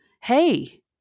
hey